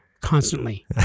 constantly